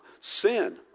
sin